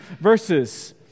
verses